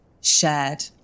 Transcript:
shared